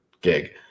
gig